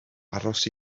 aros